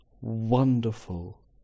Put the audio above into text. wonderful